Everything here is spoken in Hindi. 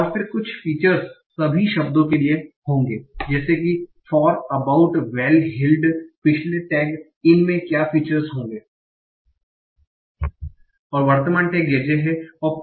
और फिर कुछ फीचर्स सभी शब्दों के लिए होंगे जैसे कि फॉर अबाउट वेल हील्ड पिछले टैग IN में क्या फीचर होंगे और वर्तमान टैग JJ है